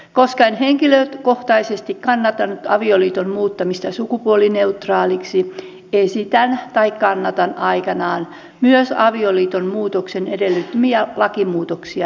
koska en henkilökohtaisesti kannattanut avioliiton muuttamista sukupuolineutraaliksi esitän tai kannatan aikanaan myös avioliiton muutoksen edellyttämiä lakimuutoksia hylättäviksi